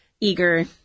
eager